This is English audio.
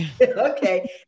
okay